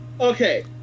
Okay